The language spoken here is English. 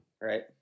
Right